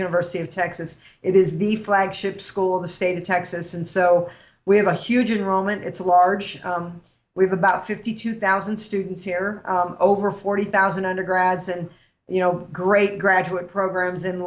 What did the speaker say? university of texas it is the flagship school of the state of texas and so we have a huge moment it's a large we have about fifty two thousand students here over forty thousand and are grads and you know great graduate programs in